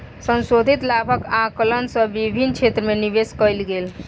संशोधित लाभक आंकलन सँ विभिन्न क्षेत्र में निवेश कयल गेल